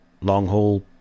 long-haul